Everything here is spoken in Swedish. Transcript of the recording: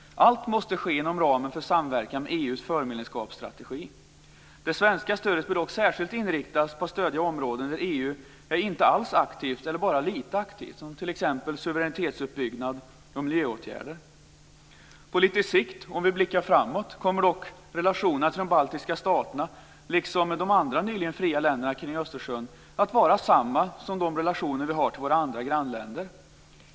Allt måste ske inom ramen för samverkan med EU:s förmedlemskapsstrategi. Det svenska stödet bör dock särskilt inriktas på att stödja områden där EU inte alls är aktivt eller bara lite aktivt, som t.ex. suveränitetsuppbyggnad och miljöåtgärder. På lite sikt, om vi blickar framåt, kommer dock relationerna till de baltiska staterna liksom de andra nyligen fria länderna kring Östersjön att vara samma som de relationer vi har till våra andra grannländer.